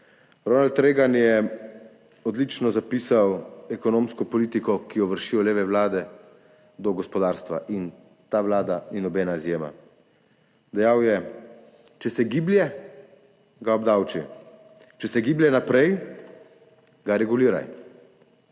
Ronald Reagan je odlično zapisal ekonomsko politiko, ki jo vršijo leve vlade do gospodarstva. In ta vlada ni nobena izjema. Dejal je: »Če se giblje, ga obdavči. Če se giblje naprej, ga reguliraj.